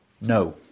No